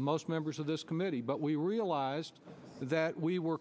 most members of this committee but we realized that we were